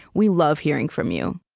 we love hearing from you